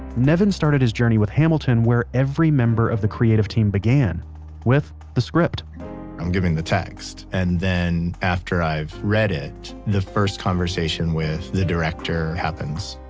nevin started his journey with hamilton where every member of the creative team began with the script i'm given the text. and then after i've read it, the first conversation with the director happens.